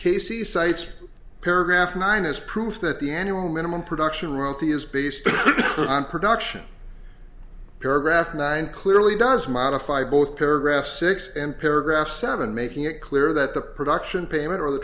casey cites paragraph nine as proof that the annual minimum production royalty is based on production paragraph nine clearly does modify both paragraph six and paragraph seven making it clear that the production payment or the